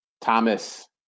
Thomas